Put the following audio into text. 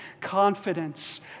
confidence